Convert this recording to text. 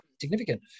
significant